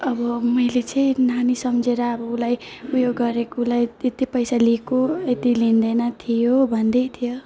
अब मैले चाहिँ नानी सम्झेर अब उसलाई उयो गरेको उसलाई यति यति पैसा लिएको यति लिँदैन थियो भन्दै थियो